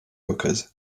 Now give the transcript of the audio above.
hookahs